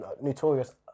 notorious